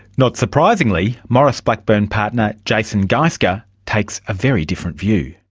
not surprisingly, maurice blackburn partner jason geisker takes a very different view.